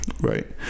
right